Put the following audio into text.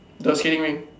the skating ring